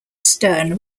stern